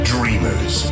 Dreamers